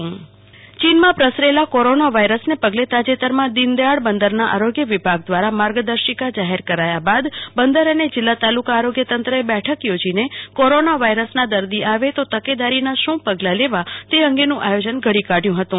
કલ્પના Shah corona virus ચીનમાં પ્રસરેલા corona વાયરસને પગલે તાજેતરમાં દિનદયાળ બંદરના આરીગ્ય વિભાગ દ્વારા માર્ગદર્શિકા જાહેર કરાયા બાદ બંદર અને જીલ્લા તાલુકા આરોગ્ય તંત્ર એ બેઠક યોજીને કોરોના વાયરસના દર્દી આવે તો તકેદારીના શું પગલા લેવા તે અંગેનું આયોજન ઘડી કાઢ્યું હતું